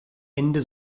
ende